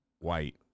white